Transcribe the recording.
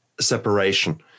separation